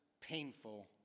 painful